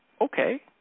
okay